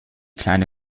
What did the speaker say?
kleine